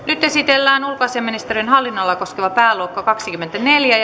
nyt esitellään ulkoasiainministeriön hallinnonalaa koskeva pääluokka kaksikymmentäneljä